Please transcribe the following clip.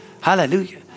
Hallelujah